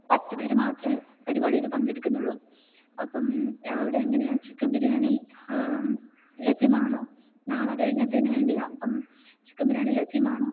പത്തു പേര് മാത്രമേ പരിപാടിയിൽ പങ്കെടുക്കുന്നുള്ളൂ അപ്പം അവിടെ എങ്ങനെയാണ് ചിക്കൻ ബിരിയാണി ലഭ്യമാണോ നാളെ കഴിഞ്ഞത്തേനു വേണ്ടിയാണ് അപ്പം ചിക്കൻ ബിരിയാണി ലഭ്യമാണോ